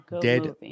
Dead